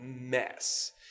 mess